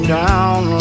down